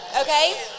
Okay